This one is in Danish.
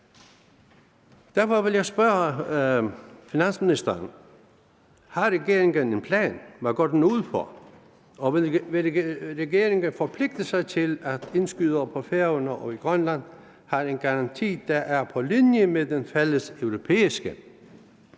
Derfor vil jeg spørge finansministeren: Har regeringen en plan, og hvad går den ud på? Og vil regeringen forpligte sig til, at indskydere på Færøerne og i Grønland får en garanti, der er på linje med den fælles europæiske,